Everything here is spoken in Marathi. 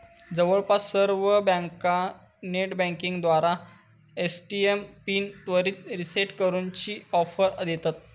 जवळपास सर्व बँका नेटबँकिंगद्वारा ए.टी.एम पिन त्वरित रीसेट करूची ऑफर देतत